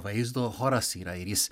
vaizdo choras yra ir jis